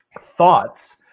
thoughts